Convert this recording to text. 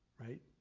right